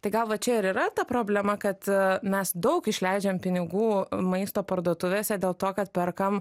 tai gal va čia ir yra ta problema kad mes daug išleidžiam pinigų maisto parduotuvėse dėl to kad perkam